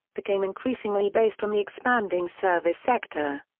became increasingly based on the expanding service sector.